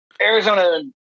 Arizona